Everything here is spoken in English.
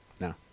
No